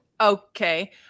okay